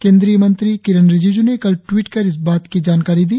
केंद्रीय मंत्री किरेन रिजिजू ने कल ट्वीट कर इस बात की जानकारी दी